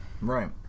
Right